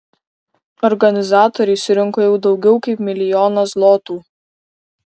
organizatoriai surinko jau daugiau kaip milijoną zlotų